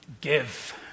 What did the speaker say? Give